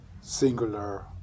singular